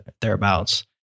thereabouts